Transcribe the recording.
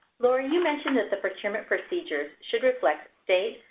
laurie, you mentioned that the procurement procedures should reflect state,